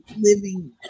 living